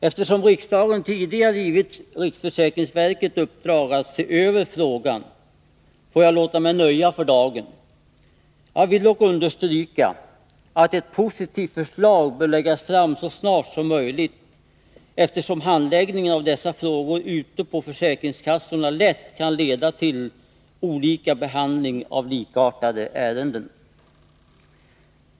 Eftersom riksdagen tidigare givit riksförsäkringsverket i uppdrag att se över frågan får jag låta mig nöja för dagen. Jag vill dock understryka att ett positivt förslag bör läggas fram så snart som möjligt, eftersom handläggningen av dessa frågor ute på försäkringskassorna lätt kan leda till olika behandling av likartade ärenden.